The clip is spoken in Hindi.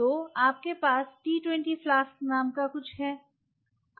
तो आप के पास T 20 फ्लास्क नाम का कुछ है